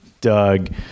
Doug